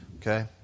Okay